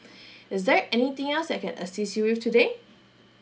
is there anything else that I can assist you with today